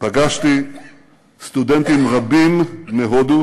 פגשתי סטודנטים רבים מהודו